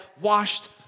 washed